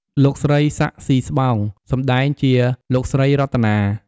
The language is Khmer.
លោកស្រី សាក់ ស៊ីស្បោង សម្តែងជា លោកស្រីរតនា។